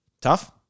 Tough